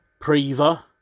Priva